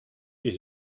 est